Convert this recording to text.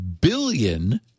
billion